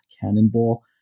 Cannonball